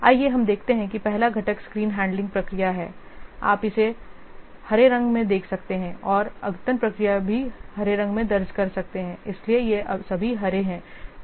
आइए हम देखते हैं कि पहला घटक स्क्रीन हैंडलिंग प्रक्रिया है आप इसे हरे रंग में देख सकते हैं और अद्यतन प्रक्रिया भी हरे रंग में दर्ज कर सकते हैं इसलिए ये सभी हरे हैं